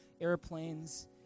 airplanes